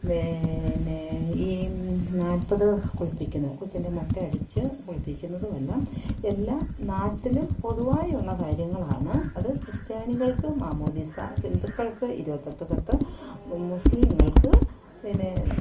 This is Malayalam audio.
പിന്നെ ഈ നാൽപ്പത് കുളിപ്പിക്കുന്നു കൊച്ചിൻ്റെ മൊട്ടയടിച്ച് കുളിപ്പിക്കുന്നത് എല്ലാം എല്ലാ നാട്ടിലും പൊതുവായുള്ള കാര്യങ്ങളാണ് അത് ക്രിസ്ത്യാനികൾക്ക് മാമോദിസ ഹിന്ദുക്കൾക്ക് ഇരുപത്തിയെട്ട് കേട്ട് മുസ്ലിങ്ങൾക്ക് പിന്നെ